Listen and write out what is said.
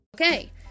Okay